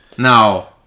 Now